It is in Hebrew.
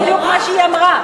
זה בדיוק מה שהיא אמרה.